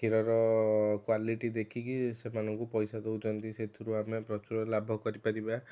କ୍ଷୀରର କ୍ୱାଲିଟି ଦେଖିକି ସେମାନଙ୍କୁ ପଇସା ଦେଉଛନ୍ତି ସେଥିରୁ ଆମେ ପ୍ରଚୁର ଲାଭ କରିପାରିବା